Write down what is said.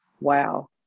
wow